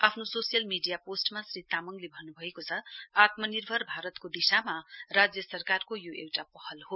आफ्नो social media पोस्टमा श्री तामङले भन्नुभएको छ आत्मनिर्भर भारतको दिशामा राज्य सरकारको यो एउटा पहल हो